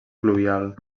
pluvial